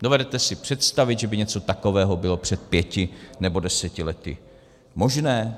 Dovedete si představit, že by něco takového bylo před pěti nebo deseti lety možné?